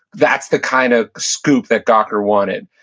that's the kind of scoop that gawker wanted.